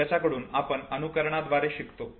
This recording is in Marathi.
ज्यांच्याकडून आपण अनुकरणाद्वारे शिकतो